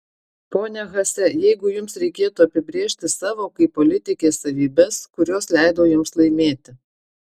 ponia haase jeigu jums reikėtų apibrėžti savo kaip politikės savybes kurios leido jums laimėti